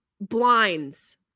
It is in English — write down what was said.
blinds